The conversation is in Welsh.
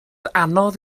anodd